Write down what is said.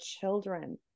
children